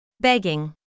begging